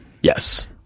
Yes